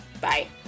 Bye